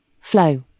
Flow